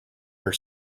her